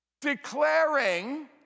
declaring